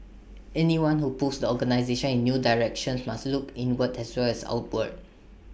anyone who pulls the organisation in new directions must look inward as well as outward